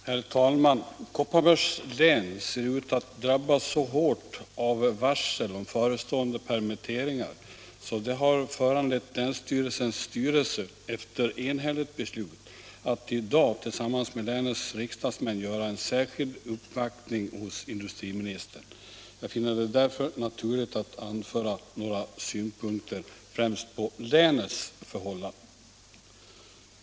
Herr talman! Kopparbergs län ser ut att drabbas så hårt av varsel om förestående permitteringar att det har föranlett länets styrelse att efter enhälligt beslut i dag tillsammans med länets riksdagsmän göra en särskild uppvaktning hos industriministern. Jag finner det därför naturligt att anföra några synpunkter främst på länets förhållanden.